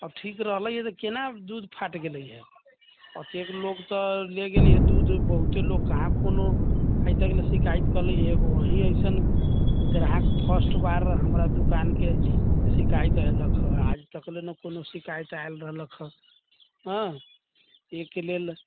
आब ठीक रहलै केना दूध फाटि गेलै हँ कतेक लोक तऽ ले गेलै हँ दूध बहुते लोक कहाँ कोनो आइतक लऽ शिकायत कयले हइ एगो अहीँ अइसन ग्राहक फर्स्ट बार हमरा दुकानके शिकायत अयलक हँ आजतक ले नहि कोनो शिकायत आयल रहलक हँ एहिके लेल